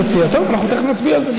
טוב, תכף נצביע על זה.